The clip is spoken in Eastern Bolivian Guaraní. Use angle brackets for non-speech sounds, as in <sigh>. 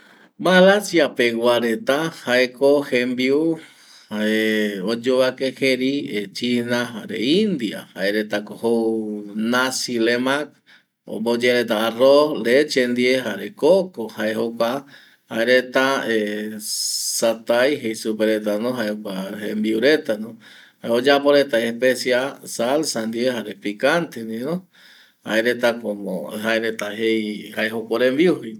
Malasia pegua reta jae ko jembiu jae oyovake jeri china jare india jae reta ko jou nasilemac omboyea omboyea reta arroz leche ndie jare coco jae jokua jae reta <hesitation> satai jei supe reta no jae jokua jembiu reta no oyapo reta especia salsa die jare picante ndie no jae reta como jae reta jei jae jokua ore rembiu